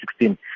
2016